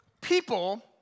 people